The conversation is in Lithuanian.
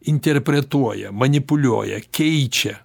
interpretuoja manipuliuoja keičia